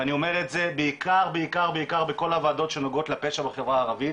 ואני אומר את זה בעיקר בכל הוועדות שנוגעות לפשע בחברה הערבית,